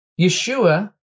Yeshua